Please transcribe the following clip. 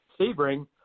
Sebring